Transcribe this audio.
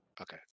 Okay